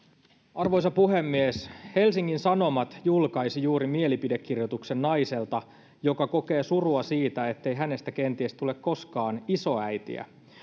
arvoisa puhemies helsingin sanomat julkaisi juuri mielipidekirjoituksen naiselta joka kokee surua siitä ettei hänestä kenties tule koskaan isoäitiä